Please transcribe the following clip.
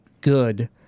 good